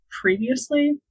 previously